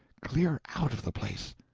clear out of the place!